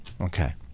okay